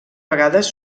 vegades